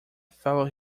fellow